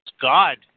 God